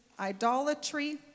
idolatry